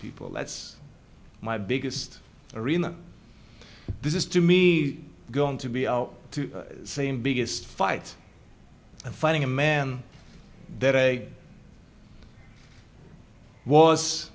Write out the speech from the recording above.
people that's my biggest arena this is to me going to be out to same biggest fight and finding a man that was